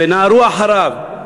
ונהרו אחריו,